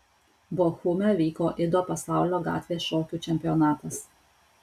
bochume vyko ido pasaulio gatvės šokių čempionatas